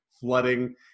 flooding